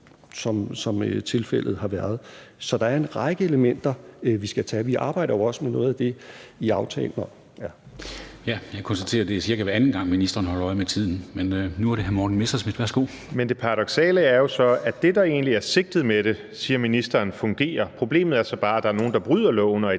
som tilfældet har været. Så der er en række elementer, vi skal tage fat i. Vi arbejder jo også med noget af det i aftalen. Kl. 13:39 Formanden (Henrik Dam Kristensen): Jeg konstaterer, at det er cirka hver anden gang, at ministeren holder øje med tiden. Nu er det hr. Morten Messerschmidt. Værsgo. Kl. 13:39 Morten Messerschmidt (DF): Men det paradoksale er jo, at det, der egentlig er sigtet med det, siger ministeren fungerer. Problemet er så bare, at der er nogle, der bryder loven, og